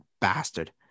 bastard